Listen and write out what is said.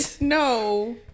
No